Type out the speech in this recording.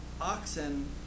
oxen